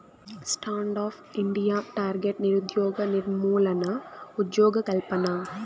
stand up India target నిరుద్యోగ నిర్మూలన, ఉజ్జోగకల్పన